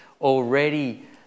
already